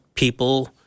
People